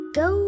go